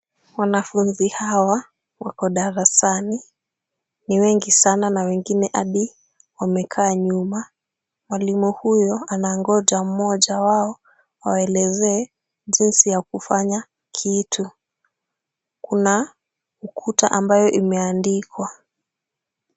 Wanafunzi hawa wako darasani ,ni wengi sana na wengine hadi wamekaa nyuma. Mwalimu huyo anangoja mmoja wao awaelezee jinsi ya kufanya kitu. Kuna ukuta ambayo imeandikwa.